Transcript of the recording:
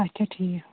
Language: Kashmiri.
اَچھا ٹھیٖک